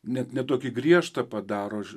net ne tokį griežtą padaro ž